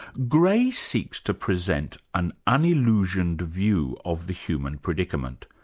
gray seeks to present an ah unillusioned view of the human predicament.